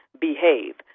behave